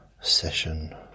Session